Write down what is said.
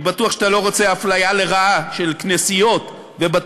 ואני בטוח שאתה לא רוצה אפליה לרעה של כנסיות ובתי-כנסת,